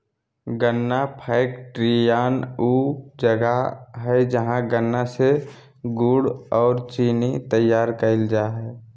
गन्ना फैक्ट्रियान ऊ जगह हइ जहां गन्ना से गुड़ अ चीनी तैयार कईल जा हइ